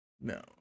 no